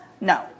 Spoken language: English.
No